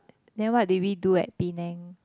then what did we do at Penang